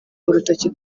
urutoki